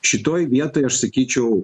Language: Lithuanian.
šitoj vietoj aš sakyčiau